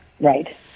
Right